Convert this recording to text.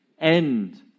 end